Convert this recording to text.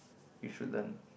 you should learned